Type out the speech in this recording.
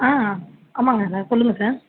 ஆ ஆமாங்க சார் சொல்லுங்க சார்